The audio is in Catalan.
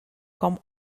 com